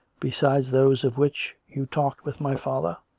besides thos'e of which you talked with my father